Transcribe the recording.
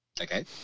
Okay